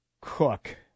Cook